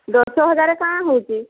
ଦଶ ହାଜରେ କାଣା ହେଉଛି